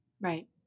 Right